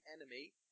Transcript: enemy